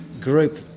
group